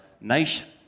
nation